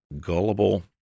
gullible